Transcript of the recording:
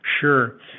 Sure